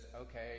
okay